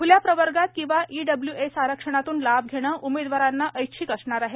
ख्ल्या प्रवर्गात किंवा ईडब्ल्यूएस आरक्षणातून लाभ घेणं उमेदवारांना ऐच्छिक असणार आहे